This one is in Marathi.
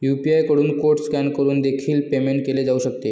यू.पी.आय कडून कोड स्कॅन करून देखील पेमेंट केले जाऊ शकते